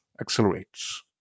accelerates